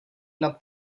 nad